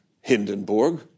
Hindenburg